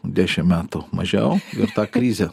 dešim metų mažiau ir ta krizė